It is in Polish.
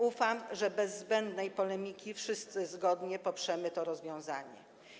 Ufam, że bez zbędnej polemiki wszyscy zgodnie poprzemy to rozwiązanie.